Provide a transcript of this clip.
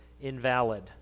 invalid